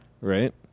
Right